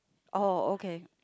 oh okay